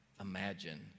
imagine